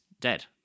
dead